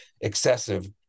excessive